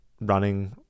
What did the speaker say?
running